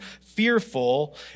fearful